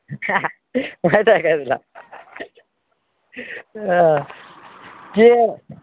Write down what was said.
माहिती आहे का तुला हे